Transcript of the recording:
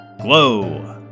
Glow